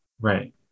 Right